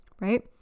right